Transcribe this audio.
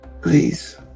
Please